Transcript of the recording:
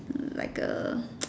mm like a